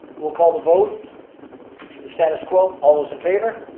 we'll call the vote for the status quo, all those in favor?